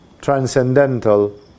transcendental